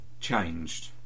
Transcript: changed